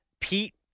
Pete